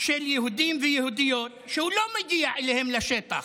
של יהודים ויהודיות שהוא לא מגיע אליהם, לשטח,